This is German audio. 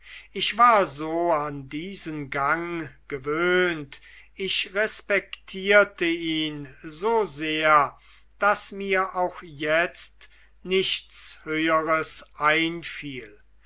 ich war so an diesen gang gewöhnt ich respektierte ihn so sehr daß mir auch jetzt nichts höheres einfiel